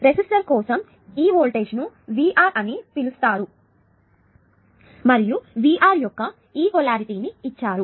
resistor కోసం ఈ voltage ను VR అని పిలుస్తారు మరియు VR యొక్క ఈ పొలారిటీ ని ఇచ్చారు